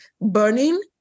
burning